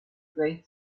great